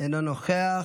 אינו נוכח.